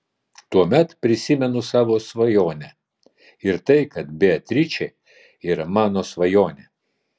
tuomet prisimenu savo svajonę ir tai kad beatričė yra mano svajonė